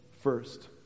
first